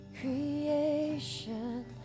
creation